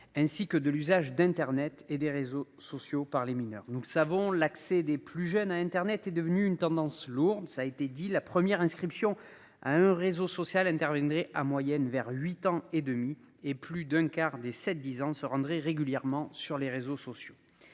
Ainsi que de l'usage d'Internet et des réseaux sociaux par les mineurs, nous savons l'accès des plus jeunes à Internet est devenu une tendance lourde, ça a été dit la première inscription à un réseau social intervenait à moyenne vers huit ans et demi et plus d'un quart des 7 10 ans se rendrait régulièrement sur les réseaux sociaux.